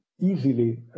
easily